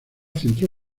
centró